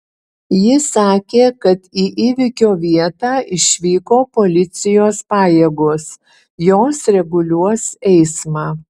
ji sakė kad į įvykio vietą išvyko policijos pajėgos jos reguliuos eismą